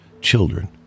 children